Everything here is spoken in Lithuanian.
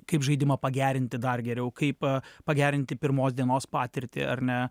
kaip žaidimą pagerinti dar geriau kaip pagerinti pirmos dienos patirtį ar ne